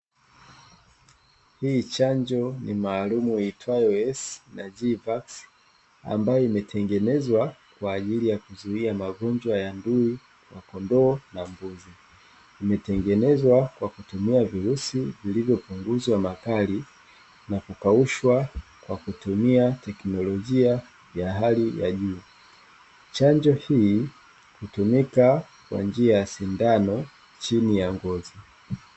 Chanjo maalumu ambayo imetengenezwa kwaajili ya kutibia magonjwa ya ng'ombe chanjo hii hutumika kwa kutumia sindano chini ya ngozi